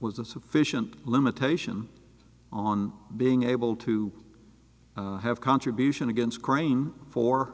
was a sufficient limitation on being able to have contribution against grain for